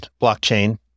blockchain